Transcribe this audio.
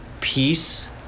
peace